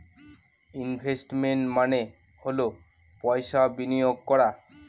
investment মানে হল পয়সা বিনিয়োগ করা